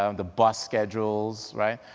um the bus schedules, right?